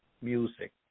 music